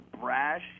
brash